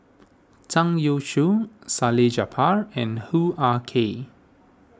Zhang Youshuo Salleh Japar and Hoo Ah Kay